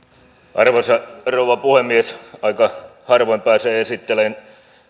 arvoisa rouva puhemies aika harvoin pääsee esittelemään